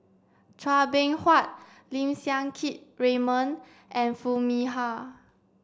Chua Beng Huat Lim Siang Keat Raymond and Foo Mee Har